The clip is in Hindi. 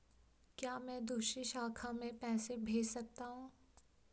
क्या मैं दूसरी शाखा में पैसे भेज सकता हूँ?